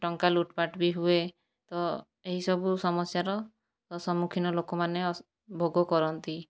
ଟଙ୍କା ଲୁଟ୍ପାଟ୍ ବି ହୁଏ ତ ଏହିସବୁ ସମସ୍ୟାର ସମ୍ମୁଖୀନ ଲୋକମାନେ ଭୋଗ କରନ୍ତି